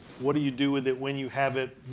what do you do with it when you have it?